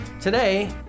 Today